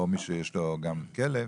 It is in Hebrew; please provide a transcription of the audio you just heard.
או מי שיש לו גם כלב,